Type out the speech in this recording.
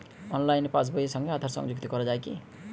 অনলাইনে পাশ বইয়ের সঙ্গে আধার সংযুক্তি করা যায় কি?